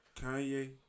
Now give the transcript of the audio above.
Kanye